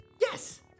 Yes